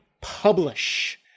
publish